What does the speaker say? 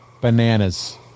Bananas